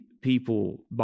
people